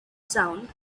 sound